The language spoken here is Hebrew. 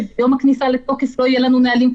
כי ביום הכניסה לתוקף לא יהיו לנו נהלים כתובים.